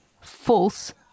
false